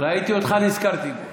למה, ראיתי אותך, נזכרתי.